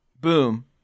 Boom